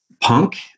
punk